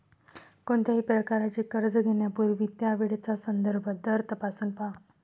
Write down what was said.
कोणत्याही प्रकारचे कर्ज घेण्यापूर्वी त्यावेळचा संदर्भ दर तपासून पहा